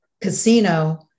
casino